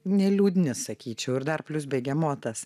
neliūdini sakyčiau ir dar plius begemotas